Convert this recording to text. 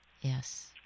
Yes